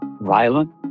violent